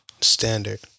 standard